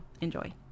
Enjoy